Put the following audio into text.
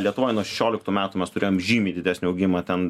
lietuvoj nuo šešioliktų metų mes turėjom žymiai didesnį augimą ten